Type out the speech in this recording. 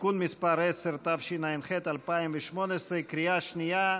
(תיקון מס' 10), התשע"ח 2018, בקריאה שנייה.